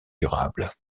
durable